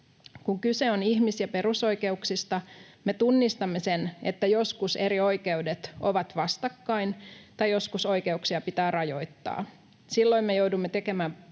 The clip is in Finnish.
Kun kyse on ihmis‑ ja perusoikeuksista, me tunnistamme sen, että joskus eri oikeudet ovat vastakkain tai joskus oikeuksia pitää rajoittaa. Silloin me joudumme tekemään